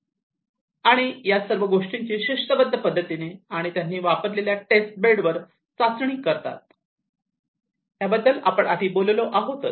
आणि आणि या सर्व गोष्टींची शिस्तबद्ध पद्धतीने त्यांनी वापरलेल्या टेस्ट बेडवर चाचणी करतात याबद्दल आपण आधी बोललो आहोत